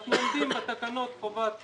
אנחנו עומדים בתקנות חובת